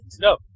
No